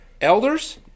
elders